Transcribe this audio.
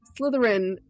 Slytherin